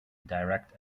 direct